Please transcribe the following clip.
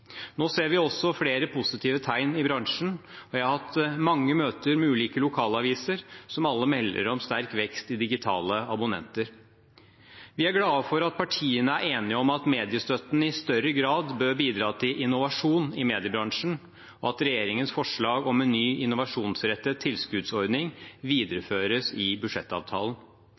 Nå ser vi også flere positive tegn i bransjen. Jeg har hatt mange møter med ulike lokalaviser, som alle melder om sterk vekst i antall digitale abonnenter. Vi er glade for at partiene er enige om at mediestøtten i større grad bør bidra til innovasjon i mediebransjen, og at regjeringens forslag om en ny innovasjonsrettet tilskuddsordning videreføres i budsjettavtalen.